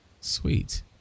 Sweet